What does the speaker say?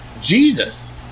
Jesus